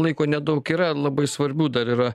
laiko nedaug yra labai svarbių dar yra